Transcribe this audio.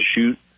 shoot